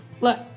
Look